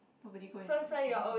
nobody go and photograph